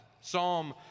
Psalm